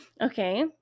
okay